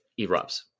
erupts